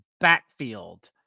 backfield